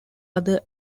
other